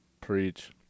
Preach